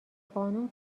قانون